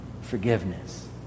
forgiveness